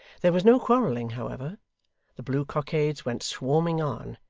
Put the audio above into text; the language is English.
there was no quarrelling, however the blue cockades went swarming on,